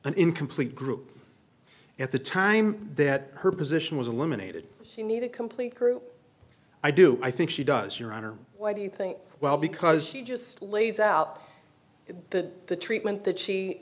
an incomplete group at the time that her position was eliminated he needed complete proof i do i think she does your honor why do you think well because she just lays out that the treatment that she